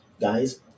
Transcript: Guys